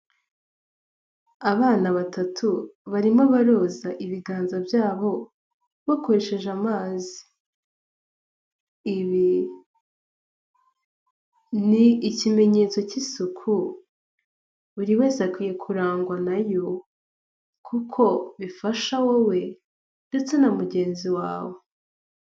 Abana batatu barimo baroza ibiganza byabo bakoresheje amazi, ibi ni ikimenyetso k'isuku, buri wese akwiye kurangwa na yo kuko bifasha wowe ndetse na mugenzi wawe.